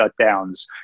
shutdowns